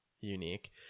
unique